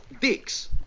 dicks